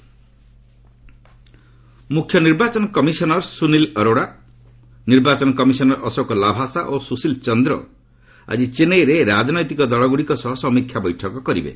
CEC EC ମୁଖ୍ୟ ନର୍ବାଚନ commissioner Sunil Arora ନିର୍ବାଚନ କମିଶନର ଅଶୋକ ଲାଭାସା ଓ ସୁଶୀଲ ଚନ୍ଦ୍ର ଆଜି ଚେନ୍ନାଇରେ ରାଜନୈତିକ ଦଳଗୁଡ଼ିକ ସହ ସମିକ୍ଷା ବୈଠକ କରିବେ